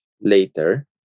later